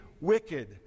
wicked